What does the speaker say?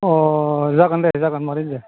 अ जागोन दे जागोन मादै दे